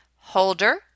holder